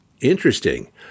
interesting